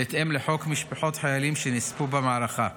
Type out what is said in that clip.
בהתאם לחוק משפחות חיילים שנספו במערכה.